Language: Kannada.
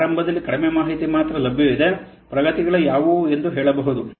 ಆರಂಭದಲ್ಲಿ ಕಡಿಮೆ ಮಾಹಿತಿ ಮಾತ್ರ ಲಭ್ಯವಿದೆ ಪ್ರಗತಿಗಳು ಯಾವುವು ಎಂದು ಹೇಳಬಹುದು